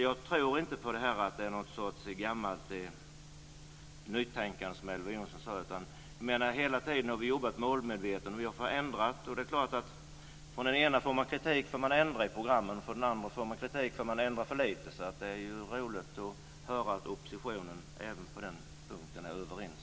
Jag tror inte på att det är gamla åtgärder och att det saknas nytänkande, som Elver Jonsson sade. Vi har hela tiden jobbat målmedvetet. Vi har ändrat. Från den ena får man kritik för att man ändrar i programmen, och från den andra får man kritik för att man ändrar för lite. Det är roligt att höra att oppositionen även på den punkten är överens.